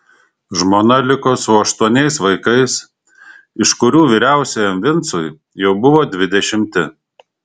žmona liko su aštuoniais vaikais iš kurių vyriausiajam vincui jau buvo dvidešimti